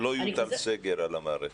שלא יוטל סגר על המערכת?